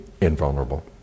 invulnerable